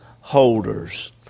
holders